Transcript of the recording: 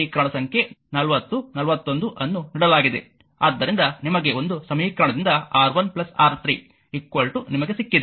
ಈ ಎಲ್ಲಾ ಸಮೀಕರಣ ಸಂಖ್ಯೆ 40 41 ಅನ್ನು ನೀಡಲಾಗಿದೆ ಆದ್ದರಿಂದ ನಿಮಗೆ ಒಂದು ಸಮೀಕರಣದಿಂದ R1R3 ನಿಮಗೆ ಸಿಕ್ಕಿದೆ